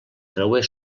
creuer